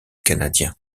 canadien